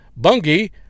Bungie